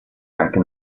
anche